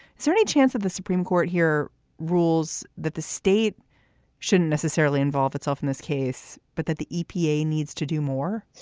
so any chance that the supreme court here rules that the state shouldn't necessarily involve itself in this case, but that the epa needs to do more?